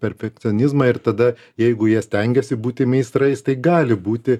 perfekcionizmą ir tada jeigu jie stengiasi būti meistrais tai gali būti